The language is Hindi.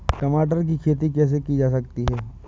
टमाटर की खेती कैसे की जा सकती है?